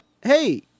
Hey